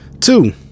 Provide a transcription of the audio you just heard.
Two